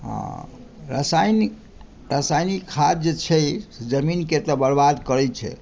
हँ रासायनिक रासायनिक खाद्य जे छै जमीनकेँ तऽ बर्बाद करै छै